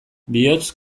bihotz